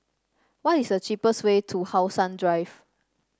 what is the cheapest way to How Sun Drive